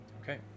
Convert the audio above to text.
Okay